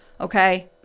okay